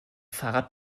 fahrrad